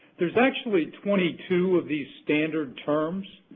there's actually twenty two of these standard terms,